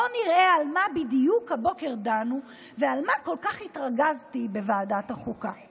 בואו נראה על מה בדיוק הבוקר דנו ועל מה כל כך התרגזתי בוועדת החוקה.